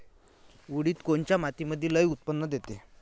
उडीद कोन्या मातीमंदी लई उत्पन्न देते?